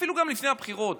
אפילו לפני הבחירות,